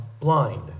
blind